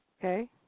Okay